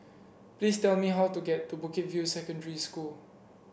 please tell me how to get to Bukit View Secondary School